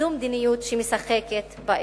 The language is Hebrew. זו מדיניות שמשחקת באש.